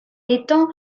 l’étang